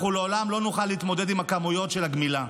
אנחנו לעולם לא נוכל להתמודד עם הכמויות של הגמילה.